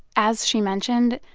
as she mentioned,